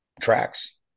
tracks